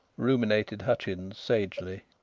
ruminated hutchins sagely.